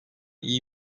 iyi